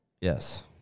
Yes